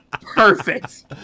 perfect